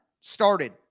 started